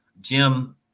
Jim